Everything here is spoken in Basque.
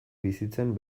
bizitzen